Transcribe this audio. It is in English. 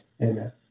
Amen